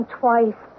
twice